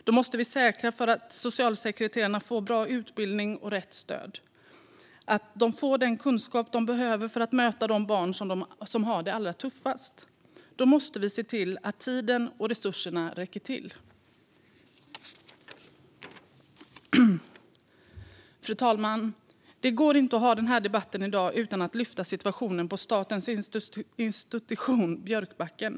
Då måste vi säkra att socialsekreterarna får bra utbildning, rätt stöd och den kunskap de behöver för att möta de barn som har det allra tuffast. Då måste vi se till att tiden och resurserna räcker till. Det går inte att ha den här debatten i dag utan att lyfta situationen på statens institution Björkbacken.